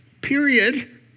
Period